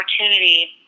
opportunity